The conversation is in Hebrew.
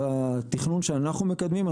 בתכנון שאנחנו מקדמים,